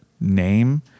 name